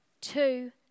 two